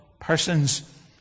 persons